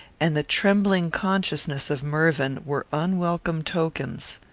and the trembling consciousness of mervyn, were unwelcome tokens.